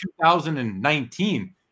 2019